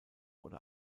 oder